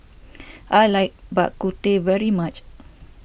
I like Bak Kut Teh very much